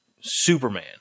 Superman